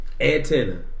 antenna